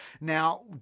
Now